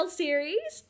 series